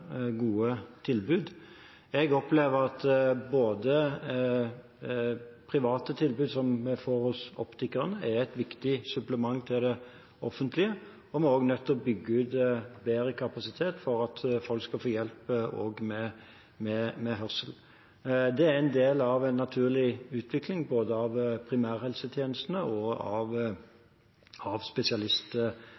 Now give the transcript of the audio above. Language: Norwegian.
gode tilbud. Jeg opplever at private tilbud som vi får hos optikeren, er et viktig supplement til det offentlige, og vi er også nødt til å bygge ut bedre kapasitet for at folk skal få hjelp også med hørsel. Det er en del av en naturlig utvikling både av primærhelsetjenestene og av